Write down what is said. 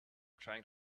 trying